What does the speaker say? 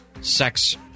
sex